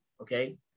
okay